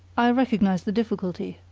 i recognise the difficulty,